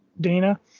Dana